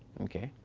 okay.